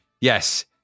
yes